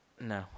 No